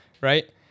right